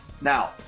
Now